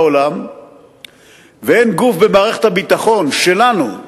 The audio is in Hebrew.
בעולם ואין גוף במערכת הביטחון שלנו,